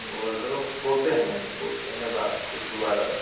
वर्करों को बोलते हैं मैडम बोलते हैं बात को दोबारा